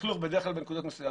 הלכלוך בדרך כלל בנקודות מסוימות.